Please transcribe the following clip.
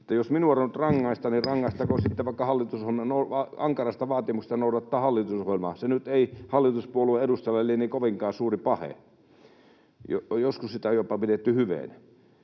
jos minua nyt rangaistaan, niin rangaistakoon sitten vaikka ankarasta vaatimuksesta noudattaa hallitusohjelmaa. Se nyt ei hallituspuolueen edustajalle lienee kovinkaan suuri pahe. Joskus sitä on jopa pidetty hyveenä.